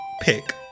pick